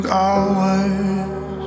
hours